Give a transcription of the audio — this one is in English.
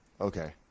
Okay